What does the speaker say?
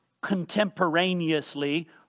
contemporaneously